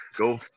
Go